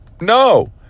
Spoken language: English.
no